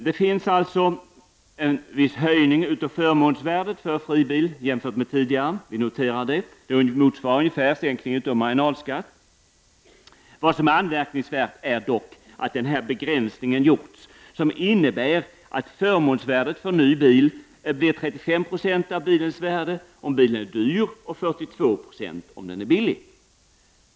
Det föreslås alltså en viss höjning av förmånsvärdet jämfört med tidigare — vi noterar detta — som ungefär motsvarar sänkningen av marginalskatten. Vad som är anmärkningsvärt är dock att en begränsning har gjorts som innebär att förmånsvärdet av ny bil blir 35 70 av bilens värde om bilen är dyr och 42 96 om bilen är billig.